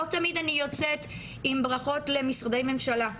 לא תמיד אני יוצאת עם ברכות למשרדי ממשלה,